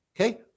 okay